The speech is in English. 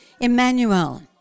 Emmanuel